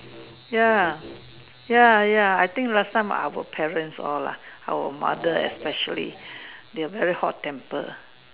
ya ya ya I think last time our parents all lah our mother especially they are very hot temper